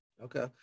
Okay